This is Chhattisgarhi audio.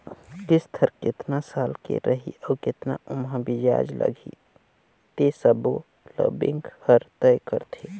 किस्त हर केतना साल के रही अउ केतना ओमहा बियाज लगही ते सबो ल बेंक हर तय करथे